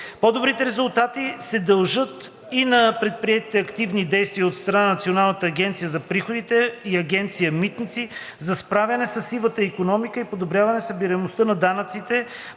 По-добрите резултати се дължат и на предприетите активни действия от страна на Националната агенция за приходите и Агенция „Митници“ за справяне със сивата икономика и подобряване на събираемостта на данъците,